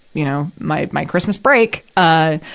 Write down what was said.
you know, my, my christmas break, ah,